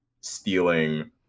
stealing